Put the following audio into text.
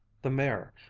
the mare,